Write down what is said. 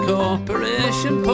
Corporation